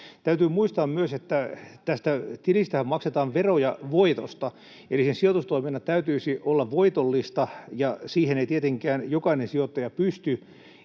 Täytyy muistaa myös, että tästä tilistähän maksetaan veroja voitosta. Eli sen sijoitustoiminnan täytyisi olla voitollista, ja siihen ei tietenkään jokainen sijoittaja pysty,